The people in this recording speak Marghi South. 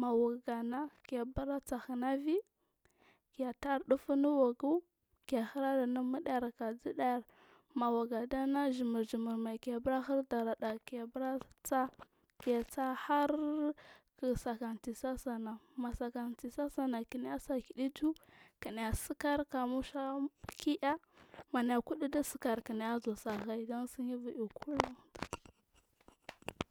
mawagu ana kebura sahna ivi ketar dufu unu wagu kehirale anu muɗa ar kadiɗa ar mawaguda na jima jima keburahir daraɗa kebura saa kesaa harr ki saka sisu asai na, saka sisu asaiha ki naisa kidu iju kinai sikar kamu sha kiɗa maya kudu disikari kina lum.